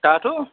दाथ'